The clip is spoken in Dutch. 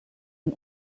een